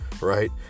right